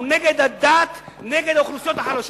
שהוא נגד הדת ונגד האוכלוסיות החלשות.